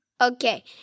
Okay